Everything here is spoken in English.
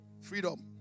Freedom